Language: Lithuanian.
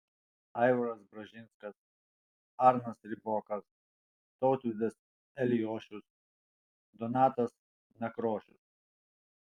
aivaras bražinskas arnas ribokas tautvydas eliošius donatas nakrošius